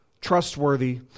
trustworthy